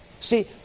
See